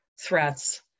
threats